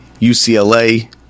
UCLA